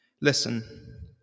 Listen